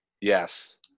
Yes